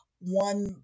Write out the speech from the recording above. one